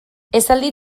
esaldi